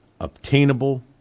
obtainable